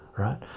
Right